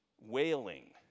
wailing